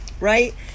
right